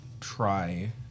try